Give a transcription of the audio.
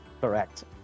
Correct